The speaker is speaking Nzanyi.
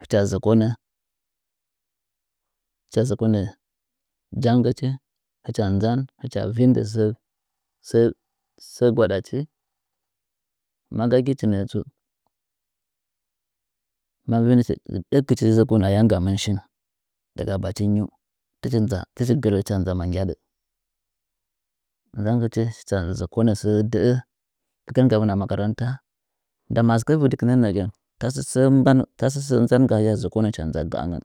hɨcha zɨkonɚ jangɨchi hɨcha nzan hɨcha vinndɚ sɚ sɚsɚsɚ gwaɗchi maga gichi nɚɚ tsu ma ɗɚkgi zokonɚ ayam gachi shin daga bachi nyih tɨch nza tɨchi gɨro hɨcha za magyaɗɚ nzangɨch hɨcha zokonɚ sɚɚ dɚ’ɚ nɚɚ ɗɚkɚngamin a makaranta ndama a sɨkɚ vɨdikɨnɚ nɚɚ nɚgɚn sɚ mban tasɚ sɚ nzangaa hɨya zokonɚ nɚɚgɚn hɨcha, nza gaangɨn